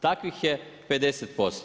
Takvih je 50%